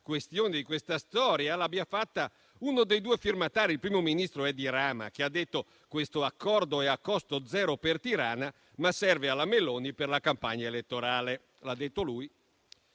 questione, di questa storia, l'abbia fatta uno dei due firmatari, il primo ministro albanese Edi Rama, che ha detto che questo accordo è a costo zero per Tirana, ma serve alla Meloni per la campagna elettorale. Lo ha detto lui.